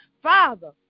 Father